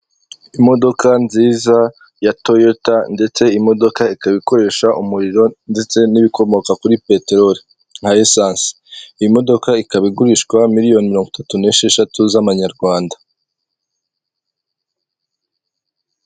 Imodoka nziza ya toyota ndetse imodoka ikaba ikoreresha umuriro ndetse n'ibikomoka kuri peteroli na esanse iyi modoka ikaba igurishwa miliyoni mirongo itatu n'esheshatu z'amanyarwanda.